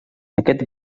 aquest